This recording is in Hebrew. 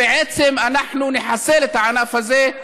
בעצם אנחנו נחסל את הענף הזה.